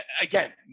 again